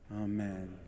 Amen